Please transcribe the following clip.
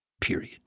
period